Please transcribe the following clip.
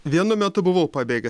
vienu metu buvau pabėgęs